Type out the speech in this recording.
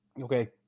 Okay